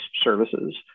services